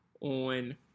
on